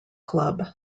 club